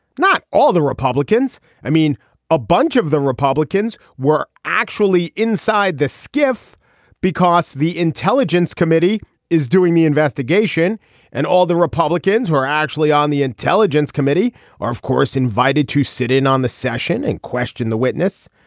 not all the republicans i mean a bunch of the republicans were actually inside the skiff because the intelligence committee is doing the investigation and all the republicans were actually on the intelligence committee are of course invited to sit in on the session and question the witness.